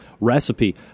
recipe